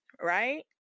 right